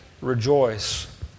rejoice